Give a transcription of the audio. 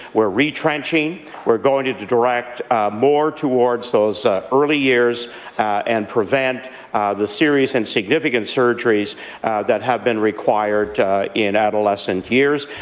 we're retrenching we're going to direct more towards those early years and prevent the serious and significant surgeries that have been required in adolescent years.